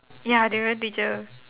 ya different teacher